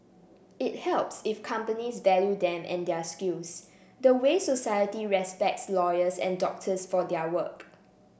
it helps if companies value them and their skills the way society respects lawyers and doctors for their work